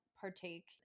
partake